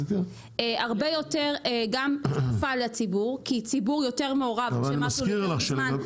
הרבה יותר גם שקופה לציבור כי ציבור יותר מעורב כשמשהו לוקח זמן,